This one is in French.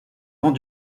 vent